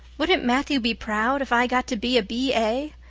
wouldn't matthew be proud if i got to be a b a?